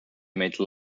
made